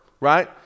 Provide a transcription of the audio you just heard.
right